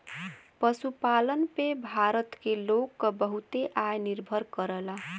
पशुपालन पे भारत के लोग क बहुते आय निर्भर करला